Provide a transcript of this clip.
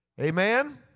Amen